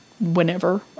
whenever